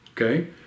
okay